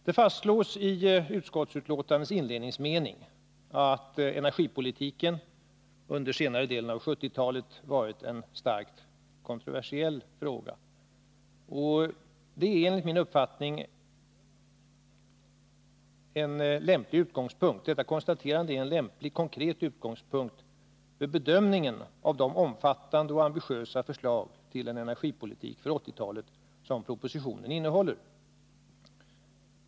Det fastslås i utskottsbetänkandets inledningsmening att energipolitiken ”under senare delen av 1970-talet varit en starkt kontroversiell fråga”. Det konstaterandet är enligt min uppfattning en lämplig, konkret utgångspunkt vid bedömningen av de omfattande och ambitiösa förslag till en energipolitik för 1980-talet som propositionen innehåller.